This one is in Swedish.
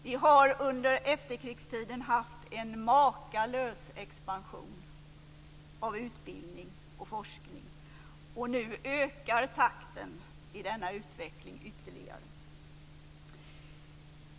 Vi har under efterkrigstiden haft en makalös expansion av utbildning och forskning. Och nu ökar takten i denna utveckling ytterligare.